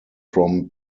from